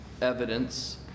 evidence